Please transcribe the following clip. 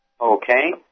Okay